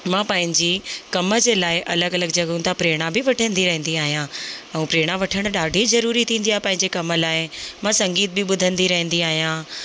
मां पंहिंजी कम जे लाइ अलॻि अलॻि जॻाहियुनि तां प्रेरणा बि वठंदी रहंदी आहियां ऐं प्रेरणा वठणु ॾाढी ज़रूरी थींदी आहे पंहिंजे कम लाइ मां संगीत बि ॿुधंदी रहंदी आहियां